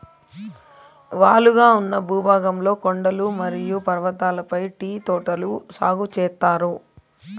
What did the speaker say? వాలుగా ఉన్న భూభాగంలో కొండలు మరియు పర్వతాలపై టీ తోటలు సాగు చేత్తారు